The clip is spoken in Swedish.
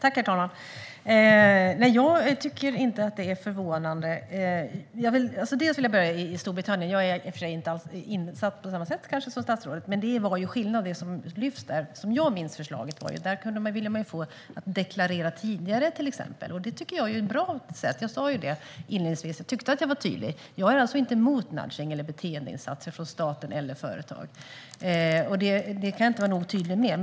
Herr talman! Jag tycker inte att det är förvånande. Jag vill börja med läget i Storbritannien. Jag är i och för sig inte insatt på samma sätt som statsrådet, men det är skillnad på det som lyfts fram där. Som jag minns förslaget handlade det om att man ville få människor att till exempel deklarera tidigare. Det tycker jag är ett bra sätt, och det sa jag också inledningsvis. Jag tyckte att jag var tydlig. Jag är alltså inte emot nudging eller beteendeinsatser från staten eller företag; det kan jag inte vara nog tydlig med.